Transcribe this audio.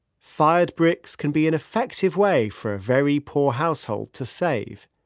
fired bricks can be an effective way for a very poor household to save.